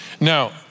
Now